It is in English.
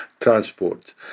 transport